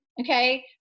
Okay